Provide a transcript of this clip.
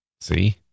See